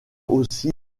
aussi